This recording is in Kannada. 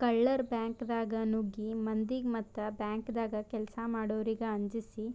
ಕಳ್ಳರ್ ಬ್ಯಾಂಕ್ದಾಗ್ ನುಗ್ಗಿ ಮಂದಿಗ್ ಮತ್ತ್ ಬ್ಯಾಂಕ್ದಾಗ್ ಕೆಲ್ಸ್ ಮಾಡೋರಿಗ್ ಅಂಜಸಿ